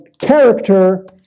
Character